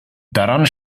daran